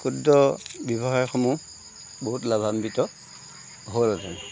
ক্ষুদ্ৰ ব্যৱসায়সমূহ বহুত লাভাম্বিত হ'লহেঁতেন